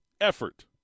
effort